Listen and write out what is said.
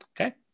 Okay